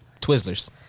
Twizzlers